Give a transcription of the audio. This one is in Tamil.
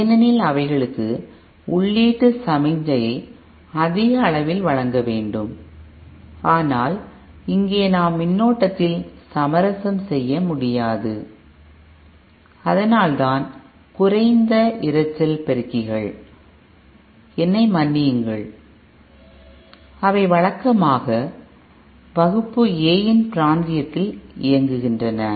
ஏனெனில் அவைகளுக்கு உள்ளீட்டு சமிக்ஞையை அதிக அளவில் வழங்க வேண்டும் ஆனால் இங்கே நாம் மின்னோட்டத்தில் சமரசம் செய்ய முடியாது அதனால்தான் குறைந்த இரைச்சல் பெருக்கிகள் என்னை மன்னியுங்கள் அவை வழக்கமாக வகுப்பு ஏன் பிராந்தியத்தில் இயங்குகின்றன